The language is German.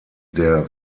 der